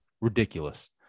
ridiculous